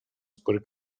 spory